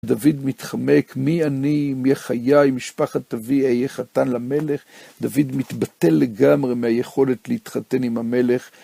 דוד מתחמק מי אני, מה חיי, אם משפחת אבי אהיה חתן למלך. דוד מתבטל לגמרי מהיכולת להתחתן עם המלך.